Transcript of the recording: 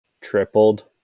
tripled